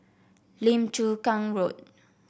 Lim Chu Kang Road